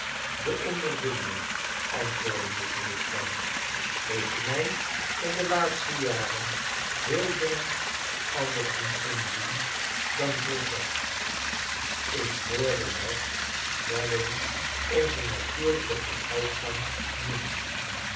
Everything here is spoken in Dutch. de ondervinding antwoordde miss wade kalm heeft mij in d laatste jaren veel dingen anders doen inzien dan vroeger ik hoorde dat wel eens onzen natuurlijken vooruitgang nocmen